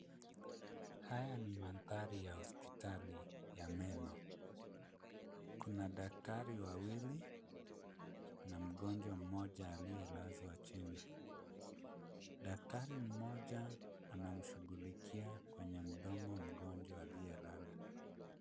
Haya ni mandhari ya hospitali ya meno, kuna daktari wawili na mgonjwa mmoja aliyelazwa chini. Daktari mmoja anamshughulikia kwenye mdomo mgonjwa aliyelala.